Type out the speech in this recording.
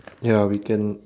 ya we can